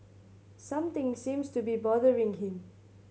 something seems to be bothering him